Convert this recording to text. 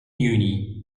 juni